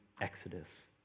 Exodus